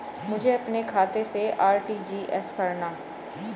मुझे अपने खाते से आर.टी.जी.एस करना?